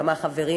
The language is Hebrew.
כמה חברים